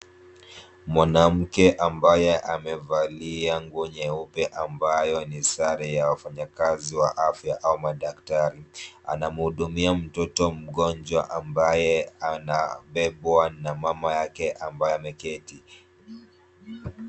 Mwannamke ambaye amevalia sare nyeupe ambayo ni sare ya wafanyikazi wa afya au madaktari, anamhudumia mtoto mgonjwa ambaye anabebwa na mama yake ambaye ameketi.